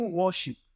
worship